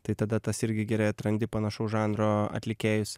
tai tada tas irgi gerai atrandi panašaus žanro atlikėjus